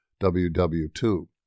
WW2